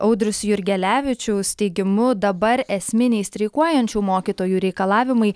audriaus jurgelevičiaus teigimu dabar esminiai streikuojančių mokytojų reikalavimai